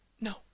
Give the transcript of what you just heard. No